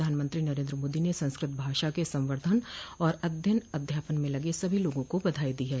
प्रधानमंत्री नरेन्द्र मोदी ने संस्कृत भाषा के संवर्धन और अध्ययन अध्यापन में लगे सभी लोगों को बधाई दी है